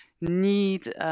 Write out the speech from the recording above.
need